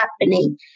happening